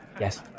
Yes